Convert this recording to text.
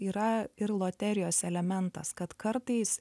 yra ir loterijos elementas kad kartais